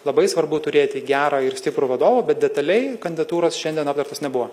labai svarbu turėti gerą ir stiprų vadovą bet detaliai kandidatūros šiandien aptartos nebuvo